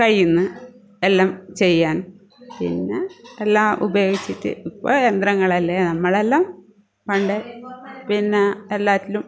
കയ്യിൽ നിന്ന് എല്ലാം ചെയ്യാൻ പിന്നെ എല്ലാം ഉപയോഗിച്ചിട്ട് ഇപ്പോൾ യന്ത്രങ്ങളല്ലേ നമ്മളെല്ലാം പണ്ടേ പിന്നെ എല്ലാത്തിലും